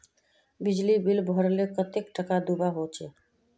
बिजली बिल भरले कतेक टाका दूबा होचे?